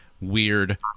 Weird